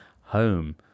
home